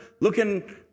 looking